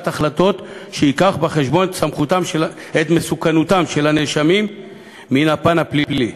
החלטות שייקח בחשבון את מסוכנותם של הנאשמים מן הפן הפלילי.